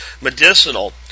medicinal